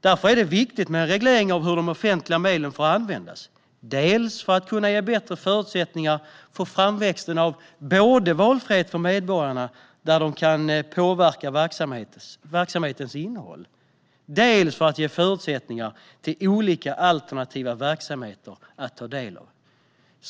Därför är det viktigt med en reglering av hur de offentliga medlen får användas dels för att ge bättre förutsättningar för framväxten av valfrihet för medborgarna där de kan påverka verksamhetens innehåll, dels för att ge förutsättningar till olika alternativa verksamheter att ta del av.